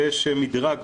ויש מדרג פה,